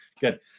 good